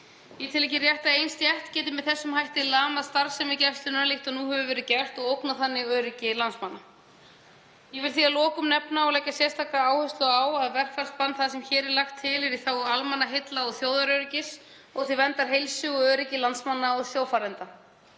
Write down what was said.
Ég tel ekki rétt að ein stétt geti með þessum hætti lamað starfsemi Gæslunnar líkt og nú hefur verið gert og ógnað þannig öryggi landsmanna. Ég vil því að lokum nefna og leggja sérstaklega áherslu á að verkfallsbann það sem hér er lagt til er í þágu almannaheilla og þjóðaröryggis og til verndar heilsu og öryggi landsmanna og sjófarenda.